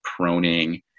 proning